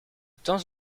temps